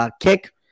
kick